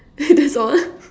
that's all